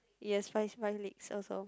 yes mine is five legs also